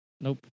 Nope